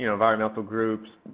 you know environmental groups,